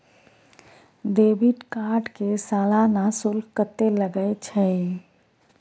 Debit card के सालाना शुल्क कत्ते लगे छै?